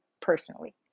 personally